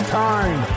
time